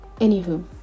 anywho